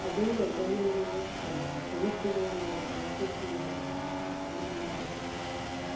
ಅದೇ ಒಗ್ಗರಣೆ ಕಲ್ಸಿವು ಹಾಕಿರ್ತೀವಿ ಅಂದ್ನಲ್ಲ ಹುಳಿ